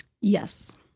Yes